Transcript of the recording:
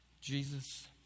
Jesus